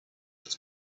its